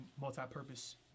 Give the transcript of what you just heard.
multi-purpose